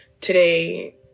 today